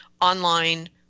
online